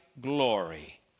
glory